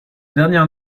dernière